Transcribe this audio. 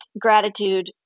gratitude